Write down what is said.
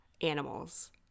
animals